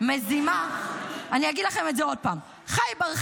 מזימה ------ אני אגיד לכם את זה עוד פעם: "ח'יבר,